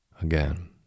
Again